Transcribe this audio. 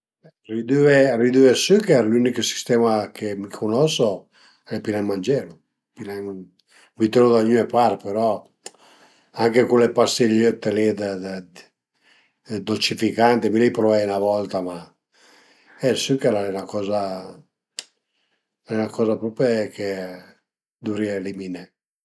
Ridüre ridüre ël suchèr, l'ünich sistema chë mi cunosu al e pi nen mangelu, pi nen, bütelu da gnüne part però, anche cule pastigliëtte li dë dë dolcificante, mi l'ai pruvaie üna volta, ma e ël suchèr al e 'na coza al e 'na coza prope che duvrìa eliminé